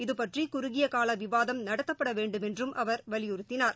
இது பற்றிகுறுகியகாலவிவாதம் நடத்தப்படவேண்டுமென்றும் அவர் வலியுறுத்தினார்